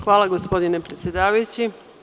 Hvala, gospodine predsedavajući.